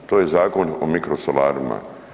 To je zakon o mikrosolarima.